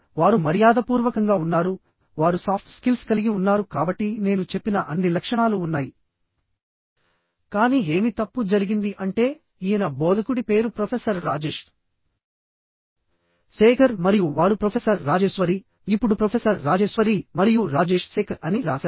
వారు మర్యాదపూర్వకంగా ఉన్నారు వారు సాఫ్ట్ స్కిల్స్ కలిగి ఉన్నారు కాబట్టి నేను చెప్పిన అన్ని లక్షణాలు ఉన్నాయి కానీ ఏమి తప్పు జరిగింది అంటే ఈయన బోధకుడి పేరు ప్రొఫెసర్ రాజేష్ శేఖర్ మరియు వారు ప్రొఫెసర్ రాజేశ్వరి ఇప్పుడు ప్రొఫెసర్ రాజేశ్వరి మరియు రాజేష్ శేఖర్ అని రాశారు